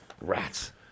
Rats